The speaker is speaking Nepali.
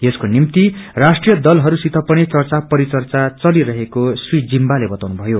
यसको निम्ति राष्ट्रिय दलहरूसित पनि चर्चा परिचच्म चलिरहेको श्री जिम्बाले बताउनुभयो